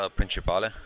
principale